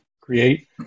create